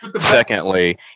Secondly